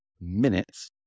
minutes